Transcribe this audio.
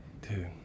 Dude